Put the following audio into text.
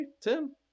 Tim